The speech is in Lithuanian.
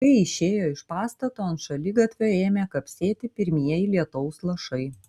kai išėjo iš pastato ant šaligatvio ėmė kapsėti pirmieji lietaus lašai